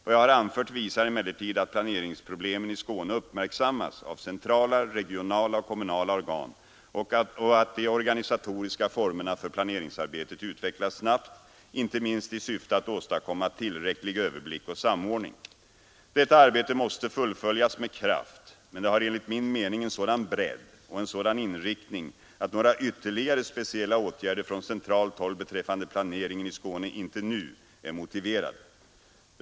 Vad jag har anfört visar emellertid att planeringsproblemen i Skåne uppmärksammas av centrala, regionala och kommunala organ och att de organisatoriska formerna för planeringsarbetet utvecklas snabbt, inte minst i syfte att åstadkomma tillräcklig överblick och samordning. Detta arbete måste fullföljas med kraft, men det har enligt min mening en sådan bredd och en sådan inriktning att några ytterligare speciella åtgärder från centralt håll beträffande planeringen i Skåne inte nu är motiverade.